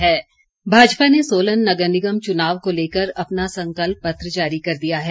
संकल्प पत्र भाजपा ने सोलन नगर निगम चुनाव को लेकर अपना संकल्प पत्र जारी कर दिया है